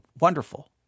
wonderful